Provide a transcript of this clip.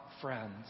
friends